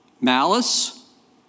malice